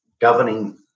governing